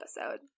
episode